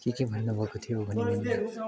के के भन्नुभएको थियो भने मैले